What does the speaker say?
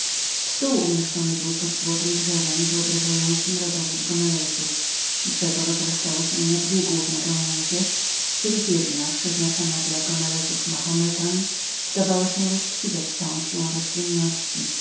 stół umieszczony był pod złotem drzewem wyobrażającem rodowód gomelezów drzewo rozrastało się na dwie główne gałęzie z których jedna przeznaczona dla gomelezów machometanów zdawała się rozkwitać całą siłą roślinności